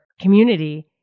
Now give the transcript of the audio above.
community